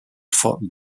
fought